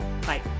bye